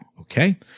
okay